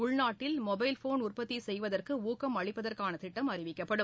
உள்நாட்டில் மொபைல்போன் உற்பத்தி செய்வதற்கு ஊக்கம் அளிப்பகற்கான கிட்டம் அறிவிக்கப்படும்